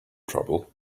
trouble